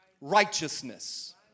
righteousness